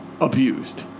abused